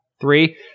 Three